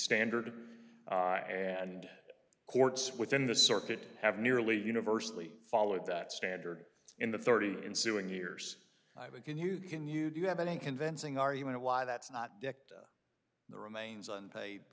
standard and courts within the circuit have nearly universally followed that standard in the thirty in suing years i can you can you do you have any convincing argument why that's not dicta the remains unpaid